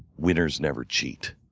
winners never cheat.